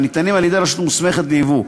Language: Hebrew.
הניתנים על-ידי "רשות מוסמכת ליבוא".